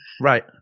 Right